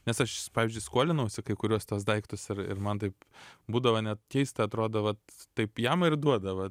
nes aš pavyzdžiui skolinausi kai kuriuos tuos daiktus ir ir man taip būdavo net keista atrodo vat taip jama ir duoda va